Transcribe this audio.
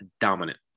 dominant